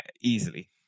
Easily